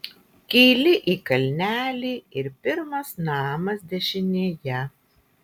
kyli į kalnelį ir pirmas namas dešinėje